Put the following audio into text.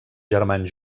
germans